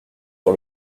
sur